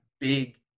big